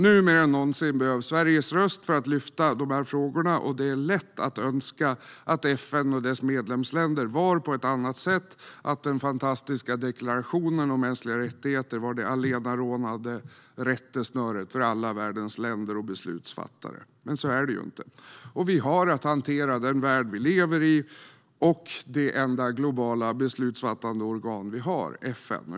Nu mer än någonsin behövs Sveriges röst för att lyfta upp dessa frågor. Det är lätt att önska att FN och dess medlemsländer var på ett annat sätt och att den fantastiska deklarationen om mänskliga rättigheter var det allenarådande rättesnöret för alla världens länder och beslutsfattare. Men så är det ju inte. Vi har att hantera den värld vi lever i, och det enda globala beslutsfattande organ som vi har är FN.